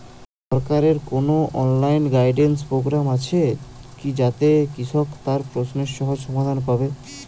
সরকারের কোনো online guidance program আছে কি যাতে কৃষক তার প্রশ্নের সহজ সমাধান পাবে?